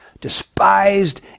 despised